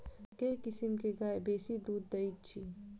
केँ किसिम केँ गाय बेसी दुध दइ अछि?